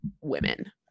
women